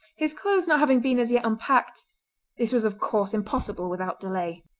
his clothes not having been as yet unpacked this was of course impossible without delay.